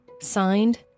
Signed